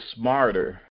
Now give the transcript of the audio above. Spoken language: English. smarter